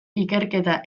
ikerketa